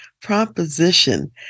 proposition